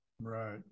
right